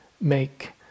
make